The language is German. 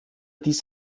dies